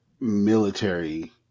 military